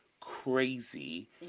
crazy